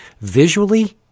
visually